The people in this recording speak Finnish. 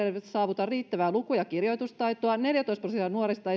saavuta riittävää luku ja kirjoitustaitoa ja neljätoista prosenttia nuorista ei